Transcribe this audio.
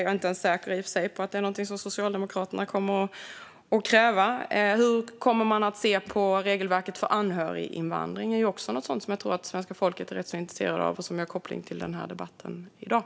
Jag är i och för sig inte säker på att detta är någonting som Socialdemokraterna kommer att kräva. Hur kommer man att se på regelverket för anhöriginvandring? Det är också något som jag tror att svenska folket är rätt intresserade av och som har koppling till dagens debatt.